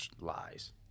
Lies